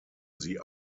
sie